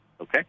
Okay